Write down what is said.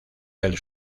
del